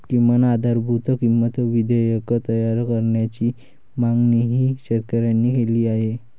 किमान आधारभूत किंमत विधेयक तयार करण्याची मागणीही शेतकऱ्यांनी केली आहे